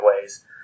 ways